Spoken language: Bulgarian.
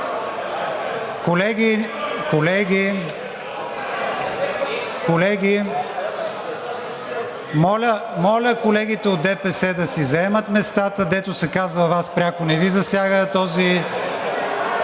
Колеги, колеги, колеги, моля колегите от ДПС да си заемат местата, както се казва, Вас пряко не Ви засяга този...